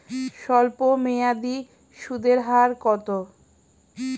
স্বল্পমেয়াদী সুদের হার কত?